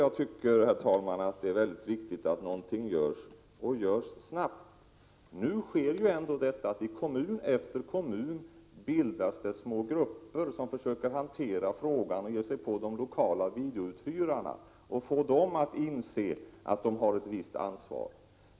Jag tycker därför att det är mycket viktigt att någonting görs, och görs snabbt. I kommun efter kommun bildas det nu små grupper som försöker hantera frågan. De ger sig på de lokala videouthyrarna och försöker få dem att inse att de har ett visst ansvar.